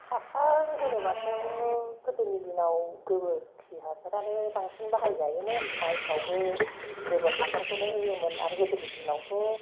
हासार होनोबाथ' गोदोनि दिनाव गोबोरखि हासारानो बांसिन बाहायजायोमोन माइफ्रावबो गोबोर हासायखौनो होयोमोन आरो गोदोनि दिनावथ'